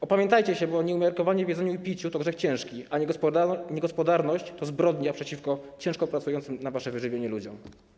Opamiętajcie się, bo nieumiarkowanie w jedzeniu i piciu to grzech ciężki, a niegospodarność to zbrodnia przeciwko ciężko pracującym na wasze wyżywienie ludziom.